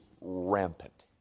rampant